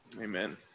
Amen